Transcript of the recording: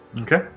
Okay